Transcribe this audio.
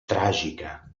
tràgica